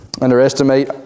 underestimate